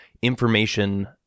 information